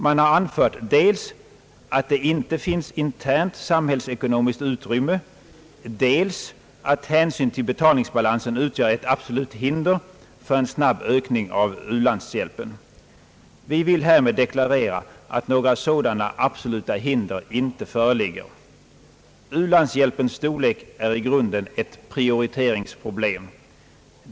Man har anfört dels att det inte finns internt samhällsekonomiskt utrymme, dels att hänsyn till betalningsbalansen utgör ett absolut hinder för en snabb ökning av u-landshjälpen. Vi vill härmed deklarera att några sådana absoluta hinder inte föreligger. U-landshjälpens storlek är i grunden ett prioriteringsproblem.